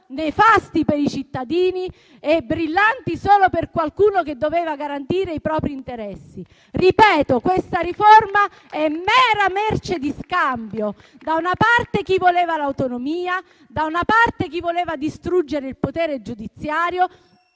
nefasti per i cittadini e brillanti solo per qualcuno che doveva garantire i propri interessi. Ripeto che questa riforma è mera merce di scambio: da una parte chi voleva l'autonomia, da una parte chi voleva distruggere il potere giudiziario